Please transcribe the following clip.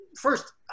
first